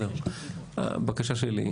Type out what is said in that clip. הבקשה שלי,